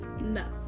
no